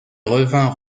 revinrent